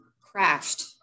crashed